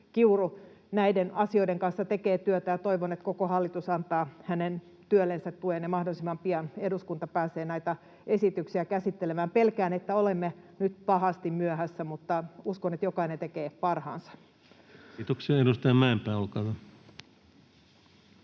Kiuru näiden asioiden kanssa tekee työtä, ja toivon, että koko hallitus antaa hänen työllensä tuen ja mahdollisimman pian eduskunta pääsee näitä esityksiä käsittelemään. Pelkään, että olemme nyt pahasti myöhässä, mutta uskon, että jokainen tekee parhaansa. [Speech 591] Speaker: